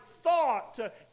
thought